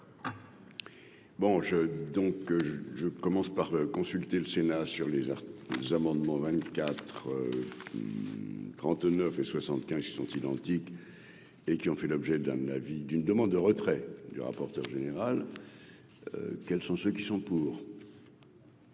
je je commence par consulter le Sénat sur les nous amendement 24 39 et 75 sont identiques et qui ont fait l'objet d'la vie d'une demande de retrait du rapporteur général, quels sont ceux qui sont pour.